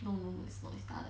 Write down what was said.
no it's not is the other